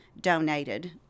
Donated